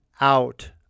out